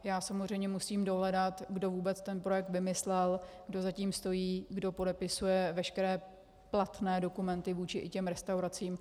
Já samozřejmě musím dohledat, kdo vůbec ten projekt vymyslel, kdo za tím stojí, kdo podepisuje veškeré platné dokumenty vůči těm restauracím.